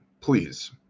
please